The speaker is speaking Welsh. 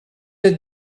oedd